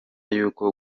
y’uko